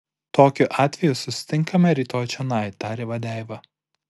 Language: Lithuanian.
tokiu atveju susitinkame rytoj čionai tarė vadeiva